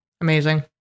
Amazing